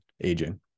aging